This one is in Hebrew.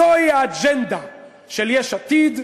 זו האג'נדה של יש עתיד,